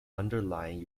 underlying